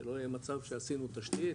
שלא יהיה מצב שעשינו תשתית